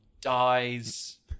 dies